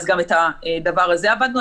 אז גם על הדבר הזה עבדנו.